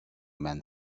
man